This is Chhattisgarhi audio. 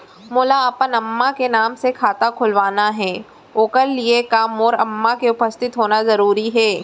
मोला अपन अम्मा के नाम से खाता खोलवाना हे ओखर लिए का मोर अम्मा के उपस्थित होना जरूरी हे?